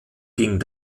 ging